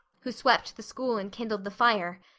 who swept the school and kindled the fire,